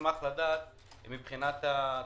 מבחינת הצרכנים,